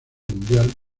mundial